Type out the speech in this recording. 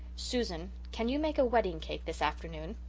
susan can you make a wedding-cake this afternoon?